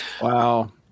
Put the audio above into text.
Wow